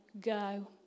go